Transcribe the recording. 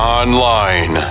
online